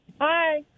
Hi